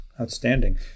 Outstanding